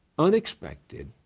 unexpected,